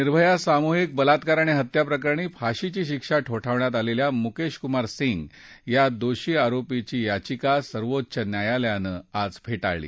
निर्भया सामूहिक बलात्कार आणि हत्याप्रकरणी फाशीची शिक्षा ठोठावण्यात आलेल्या मुकेश कुमार सिंग या दोषी आरोपीची याचिका सर्वोच्च न्यायालयानं आज फेटाळली